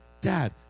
dad